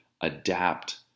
adapt